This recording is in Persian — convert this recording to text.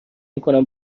میکنم